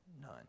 None